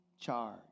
charge